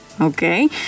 Okay